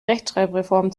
rechtschreibreform